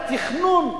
התכנון,